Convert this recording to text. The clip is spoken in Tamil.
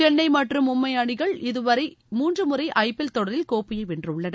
சென்னை மற்றும் மும்பை அணிகள் இதுவரை மூன்று முறை ஐ பி எல் தொடரில் கோப்பையை வென்றுள்ளன